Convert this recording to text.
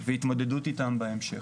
והתמודדות איתם בהמשך.